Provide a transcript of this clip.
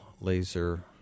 laser